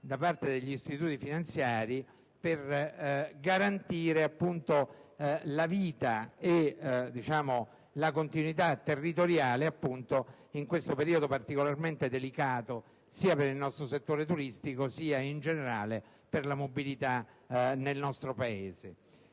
da parte degli istituti finanziari, per garantire appunto la vita e la continuità territoriale dei servizi in questo periodo particolarmente delicato sia per il settore turistico, sia in generale per la mobilità nel Paese.